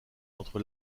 entre